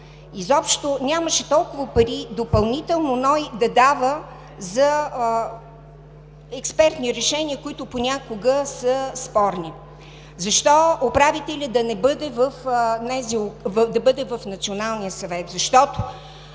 Изобщо нямаше толкова пари допълнително НОИ да дава за експертни решения, които понякога са спорни. Защо управителят да бъде в Националния съвет по